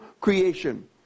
creation